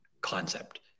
concept